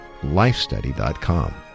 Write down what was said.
lifestudy.com